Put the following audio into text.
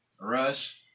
Rush